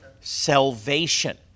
salvation